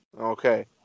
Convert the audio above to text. Okay